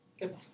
Good